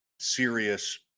serious